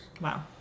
Wow